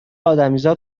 ادمیزاد